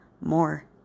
more